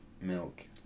milk